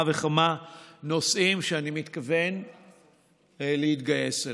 וכמה נושאים שאני מתכוון להתגייס אליהם.